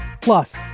Plus